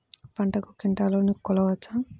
పంటను క్వింటాల్లలో కొలవచ్చా?